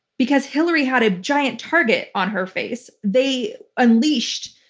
because hillary had a giant target on her face. they unleashed,